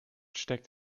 steckt